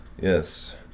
Yes